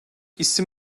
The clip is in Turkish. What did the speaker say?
isim